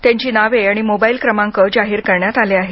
त्यांची नावे आणि मोबाईल क्रमांक जाहीर करण्यात आले आहेत